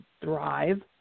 thrive